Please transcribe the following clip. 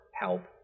help